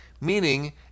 Meaning